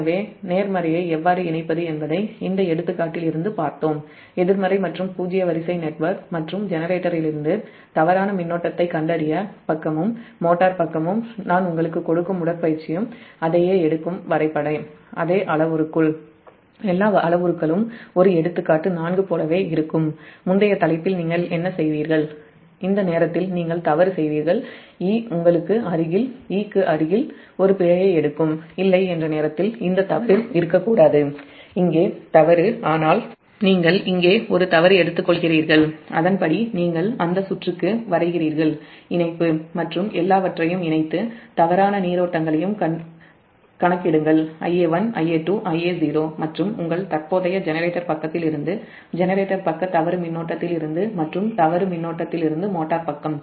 எனவே நேர்மறையை எவ்வாறு இணைப்பது என்பதை இந்த எடுத்துக்காட்டில் இருந்து பார்த்தோம் எதிர்மறை மற்றும் பூஜ்ஜிய வரிசை நெட்வொர்க் தவறான மின்னோட்டத்தைக் கண்டறிய ஜெனரேட்டர் பக்கமும் மற்றும் மோட்டார் பக்கமும் நான் உங்களுக்கு கொடுக்கும் பயிற்சியும் அதையே எடுக்கும் வரைபடம் அதே அளவுருக்கள் எல்லா அளவுருக்களும் ஒரு 'எடுத்துக்காட்டு 4' போலவே இருக்கும் முந்தைய தலைப்பில் நீங்கள் என்ன செய்வீர்கள் இந்த நேரத்தில் 'e' க்கு அருகில் ஒரு பிழையை எடுக்கும் இல்லை என்ற நேரத்தில் இந்த தவறு இருக்கக்கூடாது இங்கே தவறு ஆனால் நீங்கள் இங்கே ஒரு தவறு எடுத்துக்கொள்கிறீர்கள் அதன்படி நீங்கள் அந்த சுற்றுக்கு இணைப்பு வரைகிறீர்கள் மற்றும் எல்லாவற்றையும் அனைத்து தவறான நீரோட்டங்களையும் கணக்கிடுங்கள் Ia1Ia2 Ia0 மற்றும் உங்கள் தற்போதைய ஜெனரேட்டர் பக்க தவறு மின்னோட்டத்திலிருந்து மோட்டார் பக்கம்